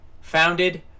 founded